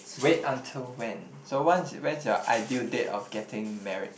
wait until when so once when's your ideal date of getting married